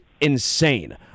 insane